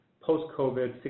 post-COVID